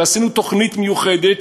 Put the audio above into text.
ועשינו תוכנית מיוחדת,